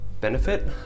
benefit